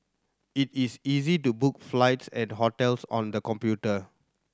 it is easy to book flights and hotels on the computer